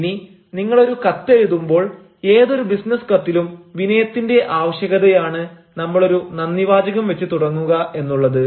ഇനി നിങ്ങൾ ഒരു കത്തെഴുതുമ്പോൾ ഏതൊരു ബിസിനസ് കത്തിലും വിനയത്തിന്റെ ആവശ്യകതയാണ് നമ്മളൊരു നന്ദി വാചകം വെച്ച് തുടങ്ങുക എന്നുള്ളത്